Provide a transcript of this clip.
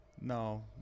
No